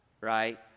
right